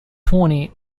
twenty